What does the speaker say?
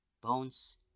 Bones